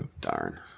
Darn